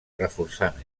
reforçant